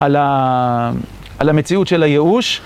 על המציאות של הייאוש.